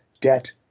debt